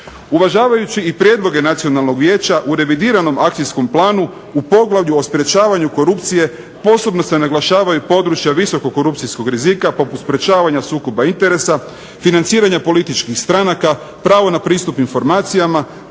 Uvažavajući i prijedloge Nacionalnog vijeća u revidiranom akcijskom planu u poglavlju o sprječavanju korupcije posebno se naglašavaju i područja visokog korupcijskog rizika poput sprječavanja sukoba interesa, financiranja političkih stranaka, pravo na pristup informacijama,